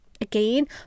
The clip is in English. again